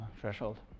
threshold